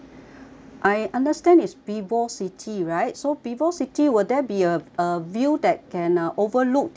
I understand it's vivocity right so vivocity will there be a a view that can uh overlook the